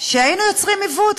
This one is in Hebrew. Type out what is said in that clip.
שהיינו יוצרים עיוות,